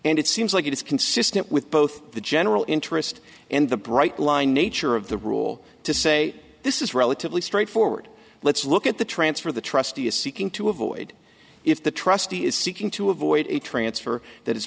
and it seems like it is consistent with both the general interest and the bright line nature of the rule to say this is relatively straightforward let's look at the transfer the trustee is seeking to avoid if the trustee is seeking to avoid a transfer that i